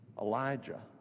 Elijah